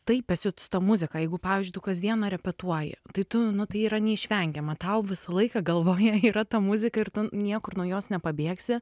taip esi su ta muzika jeigu pavyzdžiui tu kasdieną repetuoji tai tu nu tai yra neišvengiama tau visą laiką galvoje yra ta muzika ir tu niekur nuo jos nepabėgsi